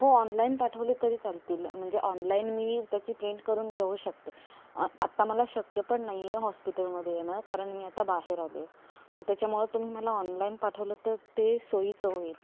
हो ऑनलाईन पाठवले तरी चालतील म्हणजे ऑनलाईन मी त्याची प्रिंट करून घेऊ शकते आत्ता मला शक्य पण नाही आहे हॉस्पिटलमध्ये येणं कारण मी आता बाहेर आले आहे मग त्याच्यामुळं तुम्ही मला ऑनलाईन पाठवलं तर ते सोयीचं होईल